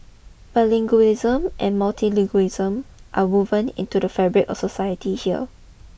bilingualism and multilingualism are woven into the fabric or society here